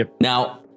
Now